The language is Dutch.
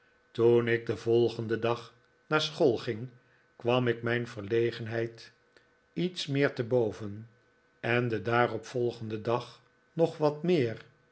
toen ik den volgenden dag naar school ging kwam ik mijn verlegenheid iets meer te boven en den daarop volgenden dag nog wat meer